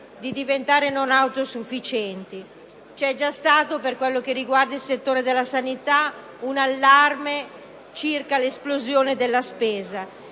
di diventare non autosufficienti. C'è già stato, per quello che riguarda il settore della sanità, un allarme circa l'esplosione della spesa.